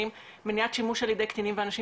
מניעת שימוש על ידי קטינים ואנשים